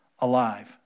alive